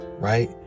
Right